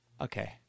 Okay